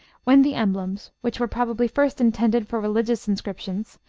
when the emblems which were probably first intended for religious inscriptions,